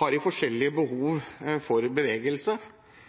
har forskjellige